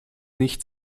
nicht